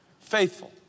faithful